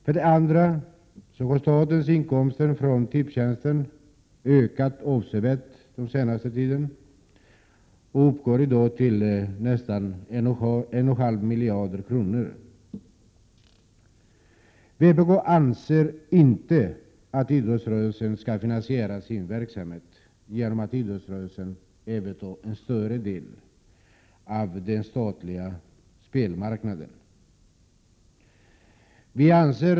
För det andra har statens inkomster från Tipstjänst ökat avsevärt den senaste tiden och uppgår i dag till nästan en och en halv miljard kronor. Vpk anser inte att idrottsrörelsen skall finansiera sin verksamhet genom att överta en större del av den statliga spelmarknaden.